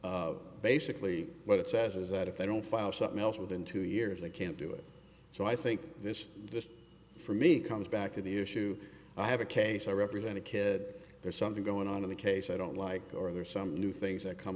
basically what it says is that if they don't file something else within two years they can't do it so i think this is just for me comes back to the issue i have a case i represent a kid there's something going on in the case i don't like or there are some new things that come